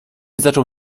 zaczął